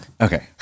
Okay